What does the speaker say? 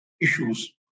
issues